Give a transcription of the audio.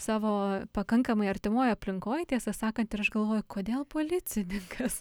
savo pakankamai artimoj aplinkoj tiesą sakant ir aš galvoju kodėl policininkas